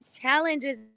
challenges